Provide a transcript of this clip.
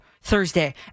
Thursday